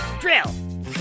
Drill